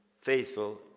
faithful